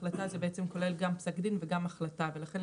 החלטה כוללת גם פסק דין וגם החלטה ולכן,